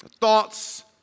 thoughts